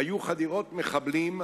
היו חדירות מחבלים,